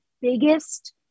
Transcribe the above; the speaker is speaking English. biggest